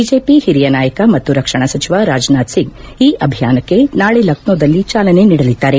BJP ಹಿರಿಯ ನಾಯಕ ಮತ್ತು ರಕ್ಷಣಾ ಸಚಿವ ರಾಜನಾಥ್ಸಿಂಗ್ ಈ ಅಭಿಯಾನಕ್ಕೆ ನಾಳೆ ಲಕ್ನೋದಲ್ಲಿ ಚಾಲನೆ ನೀಡಲಿದ್ದಾರೆ